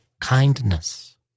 kindness